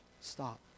stop